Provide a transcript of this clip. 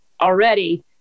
already